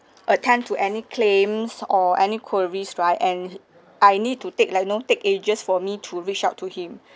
attend to any claims or any queries right and I need to take like know take ages for me to reach out to him